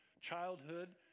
childhood